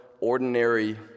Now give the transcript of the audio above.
ordinary